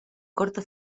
corto